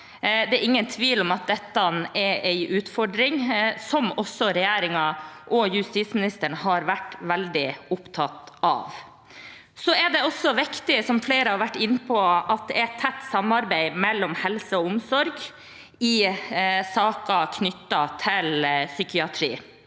Det er ingen tvil om at dette er en utfordring som også regjeringen og justisministeren har vært veldig opptatt av. Som flere har vært inne på, er det også viktig at det er tett samarbeid mellom helse og omsorg i saker knyttet til psykiatri.